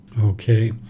Okay